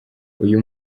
uyu